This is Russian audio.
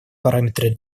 параметры